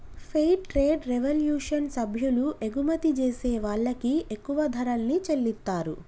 fair trade revolution సభ్యులు ఎగుమతి జేసే వాళ్ళకి ఎక్కువ ధరల్ని చెల్లిత్తారు